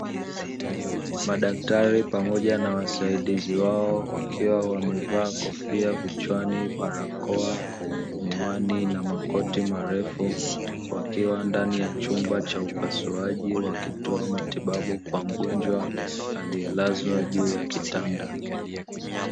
Madaktari pamoja na wasaidizi wao wakiwa wamevaa kofia vichwani, barakoa miwani na makoti marefu, wakiwa ndani ya chumba cha upasuaji wakitoa matibabu kwa mgonjwa aliyelazwa juu ya kitanda.